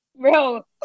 Bro